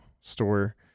Store